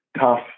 tough